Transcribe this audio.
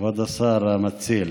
שוכרן, כבוד השר המציל.